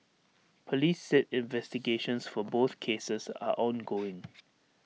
Police said investigations for both cases are ongoing